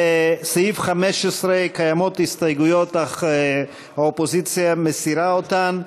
לסעיף 15 קיימות הסתייגויות אך האופוזיציה מסירה אותן,